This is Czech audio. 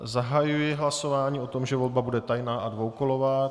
Zahajuji hlasování o tom, že volba bude tajná a dvoukolová.